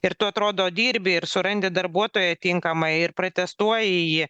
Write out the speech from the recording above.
ir tu atrodo dirbi ir surandi darbuotoją tinkamą ir pratestuoji jį